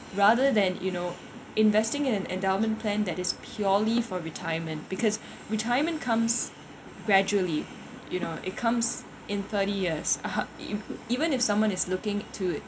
rather than you know investing in an endowment plan that is purely for retirement because retirement comes gradually you know it comes in thirty years (uh huh) if even if someone is looking to